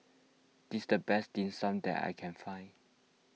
this the best Dim Sum that I can find